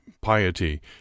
piety